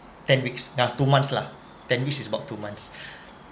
ten weeks lah two months lah ten weeks is about two months